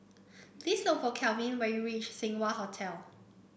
please look for Calvin when you reach Seng Wah Hotel